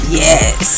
yes